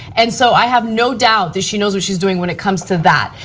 and so i have no doubt that she knows what she's doing when it comes to that.